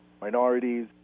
minorities